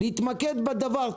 להתמקד בדבר.